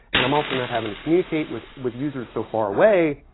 and i'm also not having to communicate with with users so far away.